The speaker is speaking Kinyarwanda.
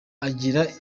agira